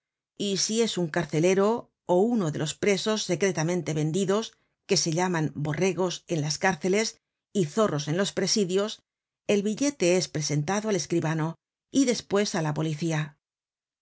y si es un carcelero ó uno de los presos secretamente vendidos que se llaman borregos en las cárceles y zorros en los presidios el billete es presentado al escribano y despues á la policía